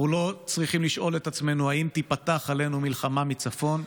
אנחנו לא צריכים לשאול את עצמנו אם תיפתח עלינו מלחמה מצפון.